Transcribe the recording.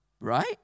right